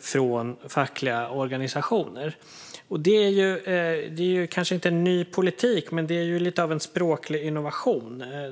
från fackliga organisationer. Det är kanske inte en ny politik, men det är lite av en språklig innovation.